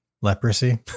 leprosy